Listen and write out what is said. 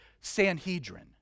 Sanhedrin